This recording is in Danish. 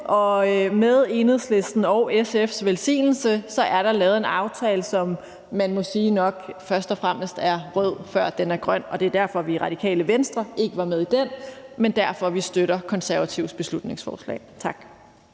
og med Enhedslistens og SF's velsignelse er der lavet en aftale, som man må sige nok først og fremmest er rød, før den er grøn. Det er derfor, vi i Radikale Venstre ikke var med i den, og derfor, vi støtter Konservatives beslutningsforslag. Tak.